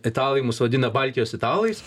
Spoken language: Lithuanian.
italai mus vadina baltijos italais